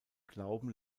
glauben